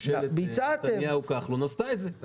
ממשלת נתניהו- כחלון עשתה את זה.